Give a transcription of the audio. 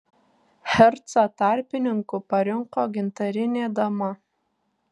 hercą tarpininku parinko gintarinė dama